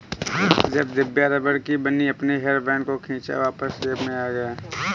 जब दिव्या रबड़ की बनी अपने हेयर बैंड को खींचा वापस शेप में आ गया